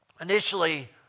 initially